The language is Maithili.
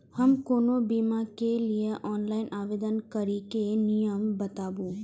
हम कोनो बीमा के लिए ऑनलाइन आवेदन करीके नियम बाताबू?